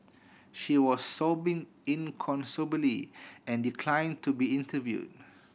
she was sobbing inconsolably and decline to be interviewed